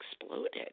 exploded